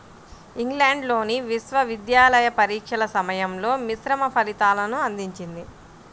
ఇంగ్లాండ్లోని విశ్వవిద్యాలయ పరీక్షల సమయంలో మిశ్రమ ఫలితాలను అందించింది